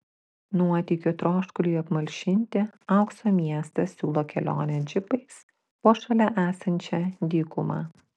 nuotykių troškuliui apmalšinti aukso miestas siūlo kelionę džipais po šalia esančią dykumą